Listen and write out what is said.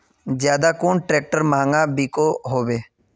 ज्यादा कुन ट्रैक्टर महंगा बिको होबे?